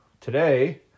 today